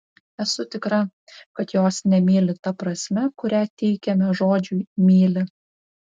esu tikra kad jos nemyli ta prasme kurią teikiame žodžiui myli